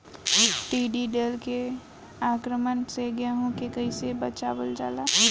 टिडी दल के आक्रमण से गेहूँ के कइसे बचावल जाला?